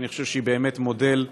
שאני חושב שהיא באמת מודל,